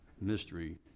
mystery